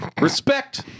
Respect